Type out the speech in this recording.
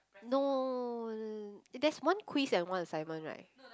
no there's one quiz and one assignment right